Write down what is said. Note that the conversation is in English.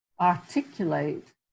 articulate